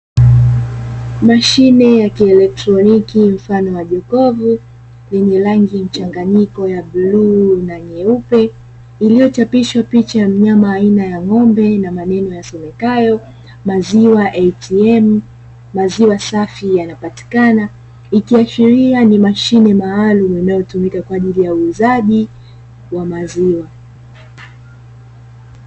Mashine ya kielekitroniki mfano wa jokofu yenye rangi mchanganyiko ya bluu na nyeupe iliyochapishwa picha ya mnyama aina ya ng'ombe na maneno yasomekayo (maziwa ATM) maziwa safi yanapatikana, ikiashiria ni mashine maalumu inayotumika kwa ajili ya uuzaji wa maziwa.